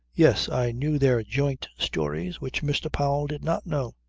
yes, i knew their joint stories which mr. powell did not know.